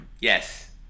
Yes